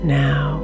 now